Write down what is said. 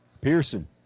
Pearson